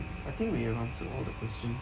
I think we have answered all the questions